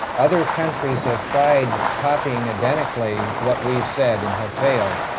other countries have tried copying identically what we've said and have failed.